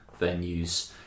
venues